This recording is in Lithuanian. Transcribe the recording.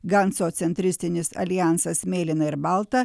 ganco centristinis aljansas mėlyna ir balta